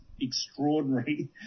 extraordinary